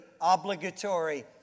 obligatory